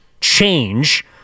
change